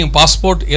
passport